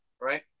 Right